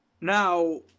Now